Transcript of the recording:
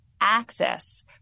access